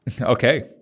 Okay